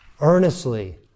earnestly